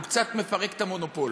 הוא קצת מפרק את המונופול.